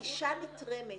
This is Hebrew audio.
אישה נתרמת,